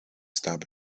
stop